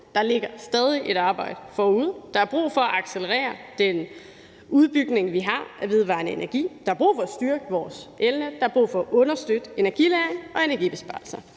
Der ligger stadig et arbejde forude. Der er brug for accelerere den udbygning, vi har af vedvarende energi. Der er brug for at styrke vores elnet. Der er brug for at understøtte energilagring og energibesparelser.